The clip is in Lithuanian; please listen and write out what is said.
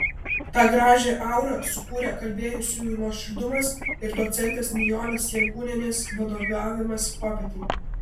tą gražią aurą sukūrė kalbėjusiųjų nuoširdumas ir docentės nijolės jankūnienės vadovavimas popietei